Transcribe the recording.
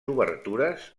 obertures